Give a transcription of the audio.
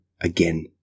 again